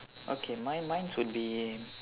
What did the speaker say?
okay mine mine's would be